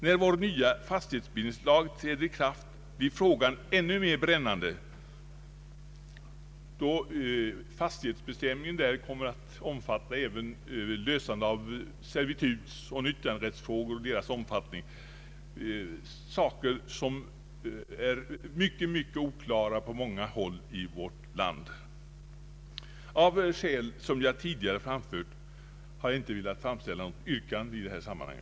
När vår nya fastighetsbildningslag träder i kraft blir frågan ännu mer brännande, eftersom fastighetsbestämningen då kommer att omfatta även lösande av nyttjanderättsoch servitutsfrågor, vilka är mycket oklara på många håll i vårt land. Av skäl som jag tidigare framfört har jag inte velat ställa något yrkande.